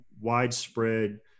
widespread